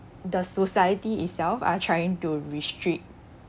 the society itself are trying to restrict